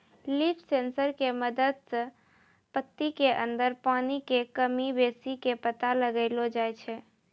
leaf sensor के मदद सॅ पत्ती के अंदर पानी के कमी बेसी के पता लगैलो जाय छै